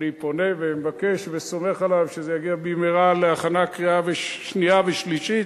אני פונה ומבקש וסומך עליו שזה יגיע במהרה להכנה לקריאה שנייה ושלישית.